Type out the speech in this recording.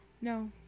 No